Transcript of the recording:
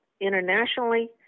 internationally